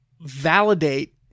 validate